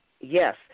yes